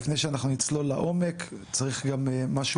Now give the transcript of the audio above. לפני שאנחנו נצלול לעומק צריך גם משהו